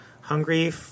Hungry